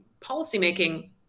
policymaking